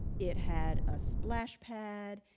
it had a splash pad.